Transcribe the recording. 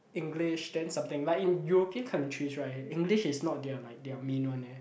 English then something like in European countries right English is not like their like main one eh